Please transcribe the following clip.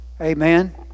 Amen